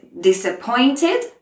disappointed